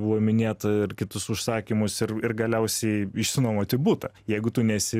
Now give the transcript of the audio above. buvo minėta ir kitus užsakymus ir ir galiausiai išsinuomoti butą jeigu tu nesi